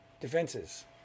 defenses